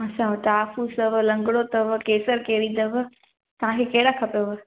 असां वटि हाफुस अथव लंगिड़ो अथव केसर केरी अथव तव्हांखे कहिड़ा खपेव